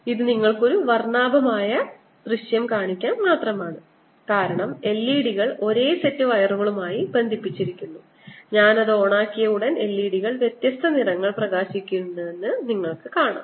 ഇത് നിങ്ങൾക്ക് ഒരു വർണ്ണാഭമായ പ്രകടനം കാണിക്കാൻ മാത്രമാണ് ധാരാളം LED കൾ ഒരേ സെറ്റ് വയറുകളുമായി ബന്ധിപ്പിച്ചിരിക്കുന്നു ഞാൻ അത് ഓണാക്കിയ ഉടൻ LED കൾ വ്യത്യസ്ത നിറങ്ങളിൽ പ്രകാശിക്കുന്നുവെന്ന് നിങ്ങൾ കാണും